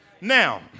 Now